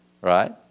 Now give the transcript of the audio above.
Right